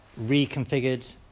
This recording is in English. reconfigured